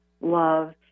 love